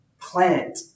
plant